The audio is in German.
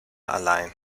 allein